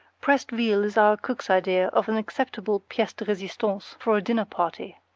pressed veal is our cook's idea of an acceptable piece de resistance for a dinner party.